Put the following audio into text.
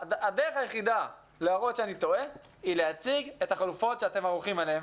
הדרך היחידה להראות שאני טועה היא להציג את החלופות שאתם ערוכים אליהן,